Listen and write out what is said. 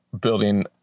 building